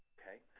okay.